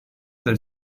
del